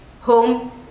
home